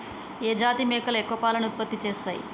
ఏ జాతి మేకలు ఎక్కువ పాలను ఉత్పత్తి చేస్తయ్?